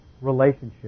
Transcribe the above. relationship